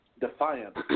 defiance